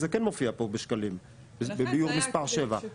זה כן מופיע פה בשקלים בביאור מספר 7,